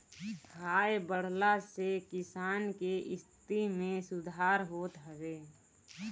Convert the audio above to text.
आय बढ़ला से किसान के स्थिति में सुधार होत हवे